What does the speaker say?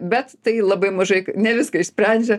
bet tai labai mažai ne viską išsprendžia